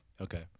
Okay